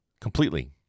completely